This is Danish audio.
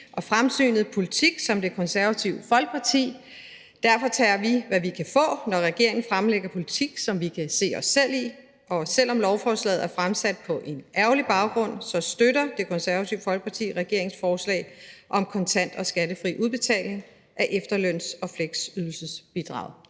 og fremsynet politik som Det Konservative Folkeparti. Men derfor tager vi, hvad vi kan få, når regeringen fremlægger en politik, som vi kan se os selv i, og selv om lovforslaget er fremsat på en ærgerlig baggrund, støtter Det Konservative Folkeparti regeringens forslag om en kontant og skattefri udbetaling af efterløns- og fleksydelsesbidraget.